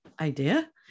idea